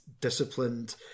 disciplined